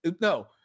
no